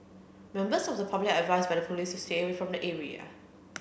members of the public are advised by the police to stay away from the area